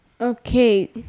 Okay